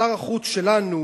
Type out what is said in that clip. שר החוץ שלנו